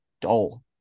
dull